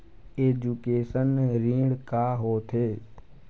Education ऋण का होथे?